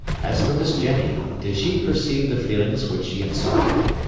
as for miss jenny, did she perceive the feelings which she inspired?